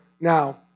now